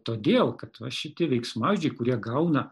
todėl kad va šitie veiksmažodžiai kurie gauna